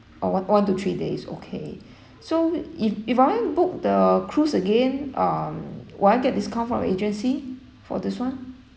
oh one one to three days okay so if if I book the cruise again um will I get discount from your agency for this one